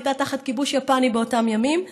שהייתה תחת כיבוש יפני באותם ימים,